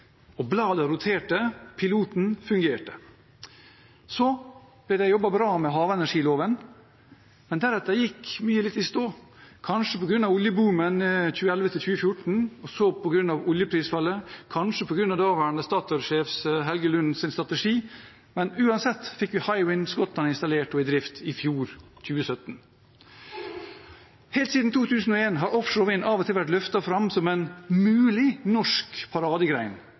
roterte – piloten fungerte. Så ble det jobbet bra med havenergiloven. Men deretter gikk mye litt i stå – kanskje på grunn av oljeboomen 2011–2014, så på grunn av oljeprisfallet og kanskje på grunn av daværende Statoil-sjef Helge Lunds strategi – men uansett fikk vi Hywind Scotland installert og i drift i fjor, 2017. Helt siden 2001 har offshore vind av og til vært løftet fram som en mulig norsk